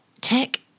Tech